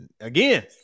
Again